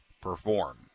perform